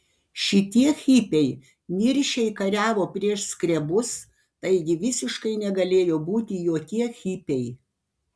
šitie hipiai niršiai kariavo prieš skrebus taigi visiškai negalėjo būti jokie hipiai